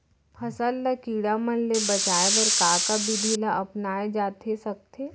फसल ल कीड़ा मन ले बचाये बर का का विधि ल अपनाये जाथे सकथे?